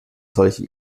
solche